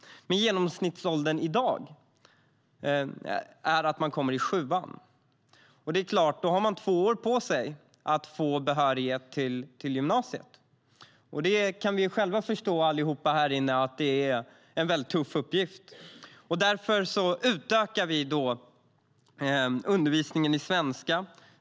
Men genomsnittet i dag är att man kommer i sjuan. Då har man två år på sig att få behörighet till gymnasiet. Alla vi här inne kan själva förstå att det är en väldigt tuff uppgift. Därför utökar vi undervisningen i svenska.